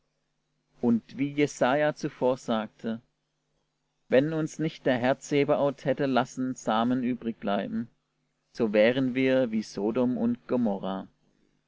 und wie jesaja zuvorsagte wenn uns nicht der herr zebaoth hätte lassen samen übrig bleiben so wären wir wie sodom und gomorra